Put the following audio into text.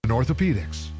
orthopedics